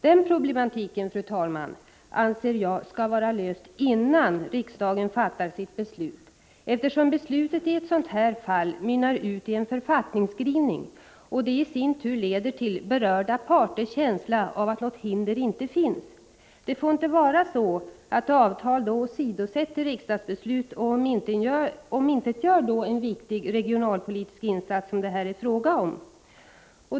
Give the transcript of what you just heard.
Den problematiken, fru talman, anser jag skall vara löst innan riksdagen fattar sitt beslut. Besluten i sådana här fall mynnar ut i en författningsskrivning som leder till att berörda parter får en känsla av att något hinder inte finns. Det får inte vara så att avtal åsidosätter riksdagsbeslut och omintetgör en viktig regionalpolitisk insats som det här är fråga om.